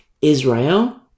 Israel